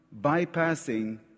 bypassing